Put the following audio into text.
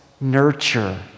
nurture